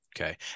Okay